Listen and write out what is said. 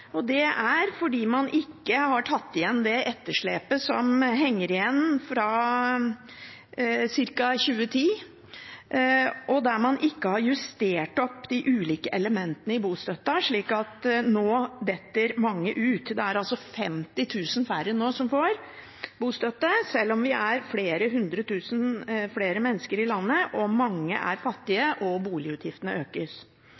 at det skjer fordi man ikke har tatt igjen det etterslepet som henger igjen fra ca. 2010, og at man ikke har justert opp de ulike elementene i bostøtten, slik at mange nå detter ut. Det er altså 50 000 færre nå som får bostøtte, sjøl om vi er mer enn 100 000 flere mennesker i landet, mange er